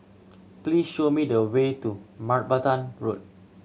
please show me the way to Martaban Road